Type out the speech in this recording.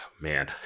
man